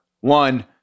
one